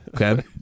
Okay